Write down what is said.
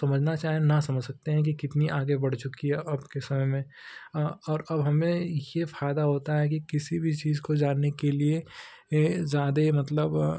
समझना चाहें न समझ सकते हैं कि कितना आगे बढ़ चुका है अब के समय में और अब हमें यह फ़ायदा होता है कि किसी भी चीज़ को जानने के लिए ज़्यादा ही मतलब